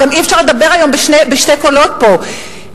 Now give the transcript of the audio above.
אי-אפשר לדבר בשני קולות פה,